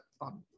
on